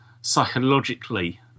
psychologically